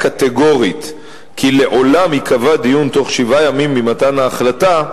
קטגורית כי לעולם ייקבע דיון תוך שבעה ימים ממתן ההחלטה,